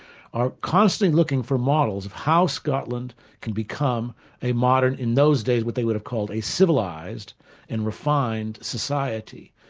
are constantly looking for models of how scotland can become a modern, in those days what they would have called a civilised and refined society.